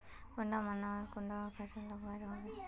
कुंडा मोसमोत कुंडा फसल लगवार होते?